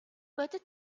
бодит